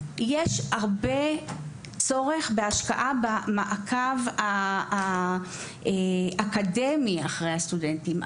יש צורך רב במעקב אקדמי אחרי הסטודנטים.